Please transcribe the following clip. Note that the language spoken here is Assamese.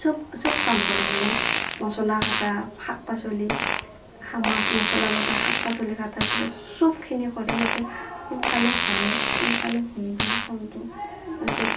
চব চব কাম কৰে মানে মচলা কাটা শাক পাচলি মাছ মচলা বটা শাক পাচলি কাটাৰ পৰা চবখিনি কৰে যাতে সোনকালে হয় সোনকালে হৈ যায় কামটো তাৰপিছত